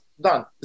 done